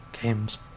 games